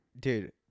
Dude